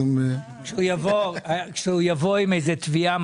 כשהוא יבוא עם איזו שהיא תביעה,